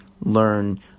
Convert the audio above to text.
learn